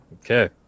okay